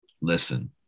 listen